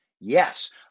Yes